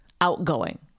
outgoing